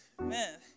man